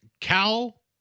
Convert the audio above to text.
Cal